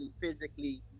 physically